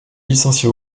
licenciée